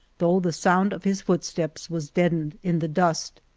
though the sound of his footsteps was deadened in the dust.